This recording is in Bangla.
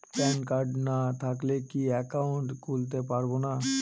প্যান কার্ড না থাকলে কি একাউন্ট খুলতে পারবো না?